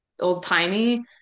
old-timey